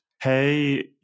Hey